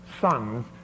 sons